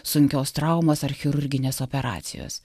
sunkios traumos ar chirurginės operacijos